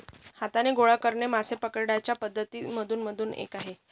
हाताने गोळा करणे मासे पकडण्याच्या पद्धती मधून एक आहे